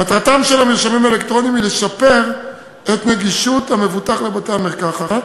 מטרתם של המרשמים האלקטרוניים היא לשפר את נגישות המבוטח לבתי-המרקחת